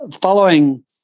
Following